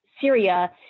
Syria